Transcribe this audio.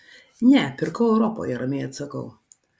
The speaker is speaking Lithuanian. ne pirkau europoje ramiai atsakau